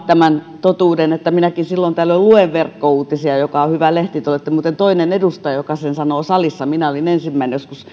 tämän totuuden että minäkin silloin tällöin luen verkkouutisia joka on hyvä lehti te olette muuten toinen edustaja joka sen sanoo salissa ja minä olin joskus